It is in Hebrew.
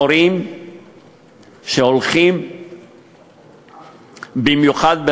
מורים שהולכים למקצועות נדרשים,